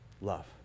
love